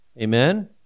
Amen